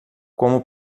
como